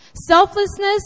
Selflessness